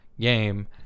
game